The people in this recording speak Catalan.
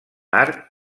arc